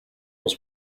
was